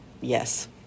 yes